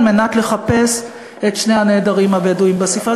מנת לחפש את שני הנעדרים הבדואים בסופה.